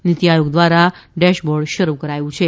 નીતિ આયોગ દ્વારા ડેશબોર્ડ શરૂ કરાયું છે